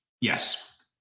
Yes